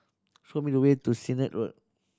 show me the way to Sennett Road